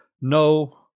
no